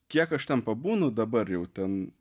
kiek aš ten pabūnu dabar jau ten